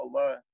Allah